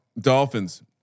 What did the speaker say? Dolphins